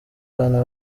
abana